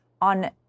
on